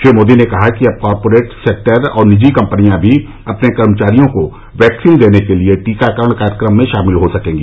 श्री मोदी ने कहा कि अब कॉरपोरेट सेक्टर और निजी कंपनिया भी अपने कर्मचारियों को वैक्सीन देने के लिए टीकाकरण कार्यक्रम में शामिल हो सकेंगी